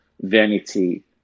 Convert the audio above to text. vanity